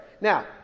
Now